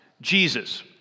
Jesus